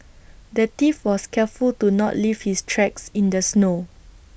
the thief was careful to not leave his tracks in the snow